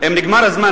אם נגמר הזמן,